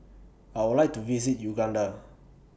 I Would like to visit Uganda